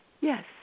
Yes